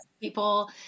people